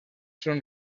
són